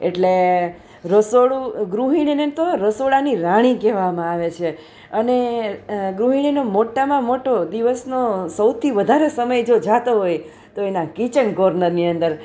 એટલે રસોડું ગૃહિણીને તો રસોડાની રાણી કહેવામાં આવે છે અને ગૃહિણીને મોટામાં મોટો દિવસનો સૌથી વધારે જો સમય જો જતો હોય તો એના કિચન કોર્નરની અંદર